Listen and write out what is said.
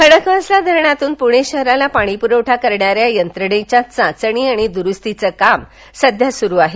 खडकवासला धरणातुन पुणे शहराला पाणीपुरवठा करणाऱ्या यंत्रणेच्या चाचणी आणि दुरुस्तीचे काम सध्या सुरू आहे